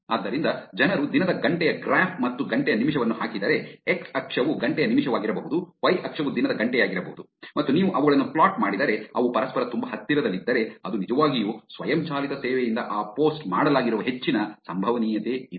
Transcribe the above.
ಆದ್ದರಿಂದ ಜನರು ದಿನದ ಗಂಟೆಯ ಗ್ರಾಫ್ ಮತ್ತು ಗಂಟೆಯ ನಿಮಿಷವನ್ನು ಹಾಕಿದರೆ ಎಕ್ಸ್ ಅಕ್ಷವು ಗಂಟೆಯ ನಿಮಿಷವಾಗಿರಬಹುದು ವೈ ಅಕ್ಷವು ದಿನದ ಗಂಟೆಯಾಗಿರಬಹುದು ಮತ್ತು ನೀವು ಅವುಗಳನ್ನು ಫ್ಲೋಟ್ ಮಾಡಿದರೆ ಅವು ಪರಸ್ಪರ ತುಂಬಾ ಹತ್ತಿರದಲ್ಲಿದ್ದರೆ ಅದು ನಿಜವಾಗಿಯೂ ಸ್ವಯಂಚಾಲಿತ ಸೇವೆಯಿಂದ ಈ ಪೋಸ್ಟ್ ಮಾಡಲಾಗಿರುವ ಹೆಚ್ಚಿನ ಸಂಭವನೀಯತೆಯಿದೆ